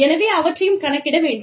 எனவே அவற்றையும் கணக்கிட வேண்டும்